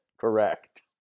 correct